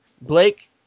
Blake